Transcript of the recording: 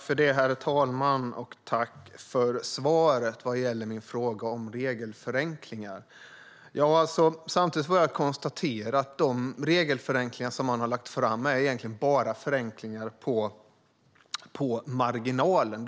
Herr talman! Jag tackar för svaret på min interpellation om regelförenklingar. Jag konstaterar att de regelförenklingar som man av egen kraft har lagt fram förslag om egentligen bara är förenklingar på marginalen.